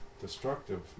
destructive